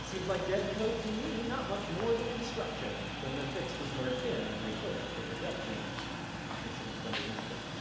seems like dead code to me, not much more than obstruction. then their fix was merged in and they pushed to production. i had so much fun doing this you guys.